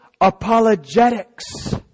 apologetics